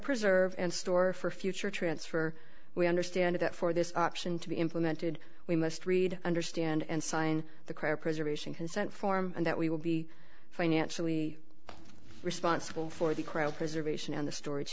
preserve and store for future transfer we understand that for this option to be implemented we must read understand and sign the credit preservation consent form and that we will be financially responsible for the crowd preservation and the stor